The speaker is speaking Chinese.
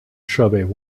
设备